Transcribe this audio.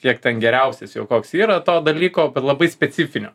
kiek ten geriausias jau koks yra to dalyko bet labai specifinio